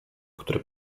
które